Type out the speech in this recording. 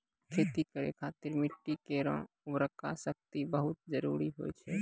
खेती करै खातिर मिट्टी केरो उर्वरा शक्ति बहुत जरूरी होय छै